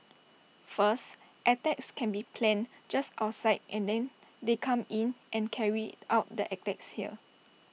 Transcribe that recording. first attacks that can be planned just outside and then they come in and carry out the attacks here